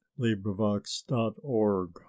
LibriVox.org